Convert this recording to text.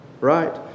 Right